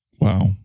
Wow